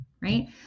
Right